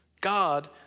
God